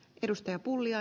arvoisa puhemies